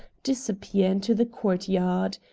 disappear into the court-yard.